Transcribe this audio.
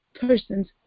person's